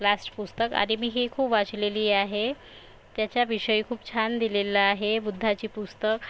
last पुस्तक आधी मी ही खूप वाचलेली आहे त्याच्याविषयी खूप छान दिलेलं आहे बुद्धाची पुस्तक